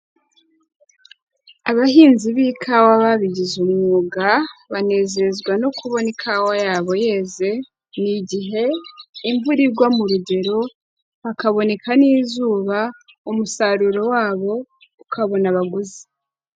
Abahinzi b'ikawa babigize umwuga banezezwa no kubona ikawa yabo yeze, ni igihe imvura igwa mu rugero hakaboneka n'izuba umusaruro wabo ukabona abaguzi.